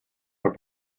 are